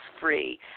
free